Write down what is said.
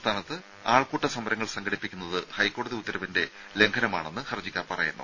സംസ്ഥാനത്ത് ആൾക്കൂട്ട സമരങ്ങൾ സംഘടിപ്പിക്കുന്നത് ഹൈക്കോടതി ഉത്തരവിന്റെ ലംഘനമാണെന്ന് ഹർജിക്കാർ പറയുന്നു